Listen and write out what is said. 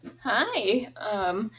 Hi